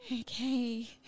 okay